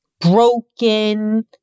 broken